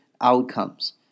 outcomes